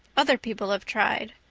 other people have tried.